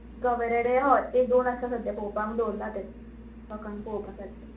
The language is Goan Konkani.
गवे रेडे हय एक दोन आसा सद्या पळोवपा दवरल्या ते लोकांक पळोपा सारके